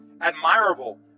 admirable